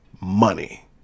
money